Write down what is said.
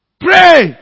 Pray